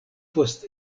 post